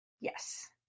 Yes